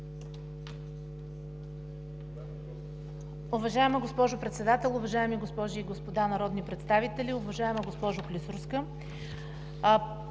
Уважаема госпожо Председател, уважаеми госпожи и господа народни представители! Уважаеми господин Георгиев,